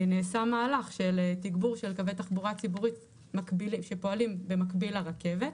נעשה מהלך של תגבור של קווי תחבורה ציבורית שפועלים במקביל לרכבת,